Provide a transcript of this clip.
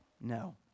No